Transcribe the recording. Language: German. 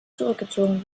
zurückgezogen